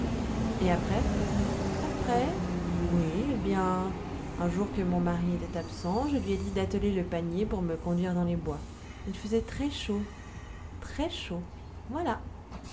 et après après oui eh bien un jour que mon mari était absent je lui ai dit d'atteler le panier pour me conduire dans les bois il faisait très chaud très chaud voilà